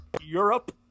Europe